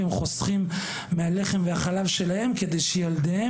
והם חוסכים מהלחם והחלב שלהם כדי שילדיהם